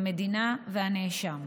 המדינה והנאשם.